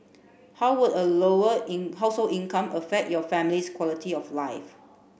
how would a lower in household income affect your family's quality of life